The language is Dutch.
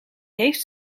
heeft